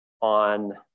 on